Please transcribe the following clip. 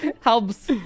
helps